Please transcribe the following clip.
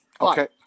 Okay